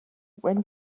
when